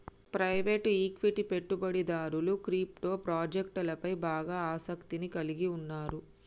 private equity పెట్టుబడిదారులు crypto ప్రాజెక్టులపై బాగా ఆసక్తిని కలిగి ఉన్నరు